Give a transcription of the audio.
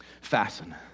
Fasten